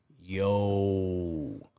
Yo